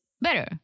better